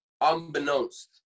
unbeknownst